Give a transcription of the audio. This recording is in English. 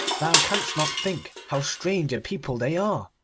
thou canst not think how strange a people they are.